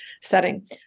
setting